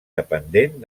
dependent